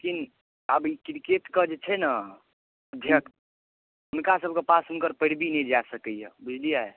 लेकिन आब ई क्रिकेट के जऽ छै हिनक ने हुनका सबके पास हुनकर पैरबी नहि जा सकैया बुझलियै